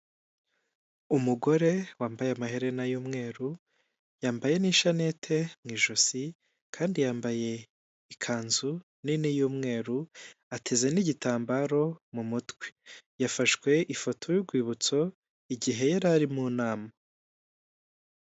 Umugore wambaye amaherena y'umweru, yambaye n'ishanete mu ijosi kandi yambaye ikanzu nini y'umweru, ateze n'igitambaro mu mutwe, yafashwe ifoto y'urwibutso igihe yari ari mu nama.